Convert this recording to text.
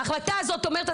ההחלטה הזאת אומרת,